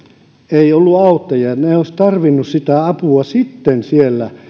ei ollut auttajia he olisivat tarvinneet sitä apua sitten siellä